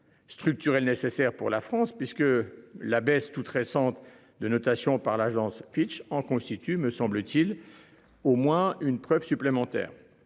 Structurelles nécessaires pour la France puisque la baisse toute récente de notation par l'agence Fitch en constitue, me semble-t-il au moins une preuve supplémentaire.